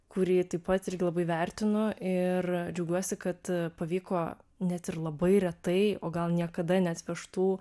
kurį taip pat irgi labai vertinu ir džiaugiuosi kad pavyko net ir labai retai o gal niekada neatvežtų